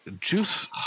juice